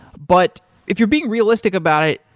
but if you're being realistic about it,